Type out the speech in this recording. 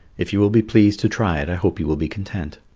if you will be pleased to try it, i hope you will be content.